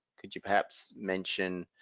could you perhaps mention